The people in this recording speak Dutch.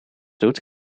doet